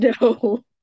no